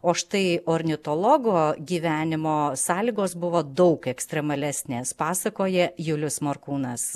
o štai ornitologo gyvenimo sąlygos buvo daug ekstremalesnės pasakoja julius morkūnas